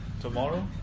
Tomorrow